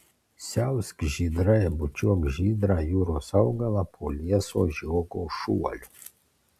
siausk žydrai bučiuok žydrą jūros augalą po lieso žiogo šuoliu